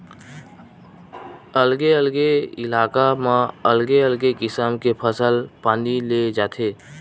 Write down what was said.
अलगे अलगे इलाका म अलगे अलगे किसम के फसल पानी ले जाथे